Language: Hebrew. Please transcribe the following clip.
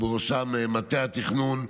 ובראשם מטה התכנון,